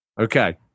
Okay